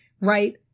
right